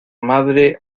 madre